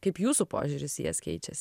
kaip jūsų požiūris į jas keičiasi